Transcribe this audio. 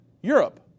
Europe